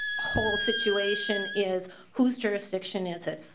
whole situation is whose jurisdiction is it.